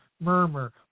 murmur